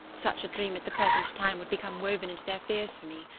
such a dream at the present time would become woven into their fears for me.